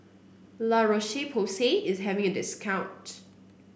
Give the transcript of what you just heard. La Roche Porsay is having a discount